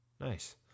Nice